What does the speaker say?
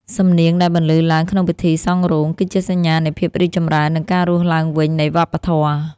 សំនៀងដែលបន្លឺឡើងក្នុងពិធីសង់រោង គឺជាសញ្ញានៃភាពរីកចម្រើន និងការរស់ឡើងវិញនៃវប្បធម៌។